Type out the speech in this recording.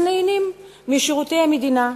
שנהנים משירותי המדינה.